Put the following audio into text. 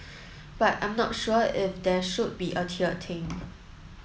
but I'm not sure if there should be a tiered thing